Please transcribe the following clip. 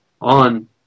on